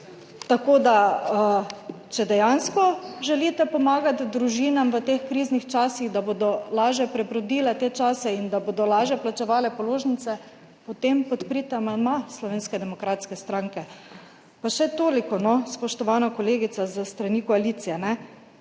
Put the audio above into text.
pomoči. Če dejansko želite pomagati družinam v teh kriznih časih, da bodo lažje prebrodile te čase in da bodo lažje plačevale položnice, potem podprite amandma Slovenske demokratske stranke. Pa še toliko, no, spoštovana kolegica s strani koalicije.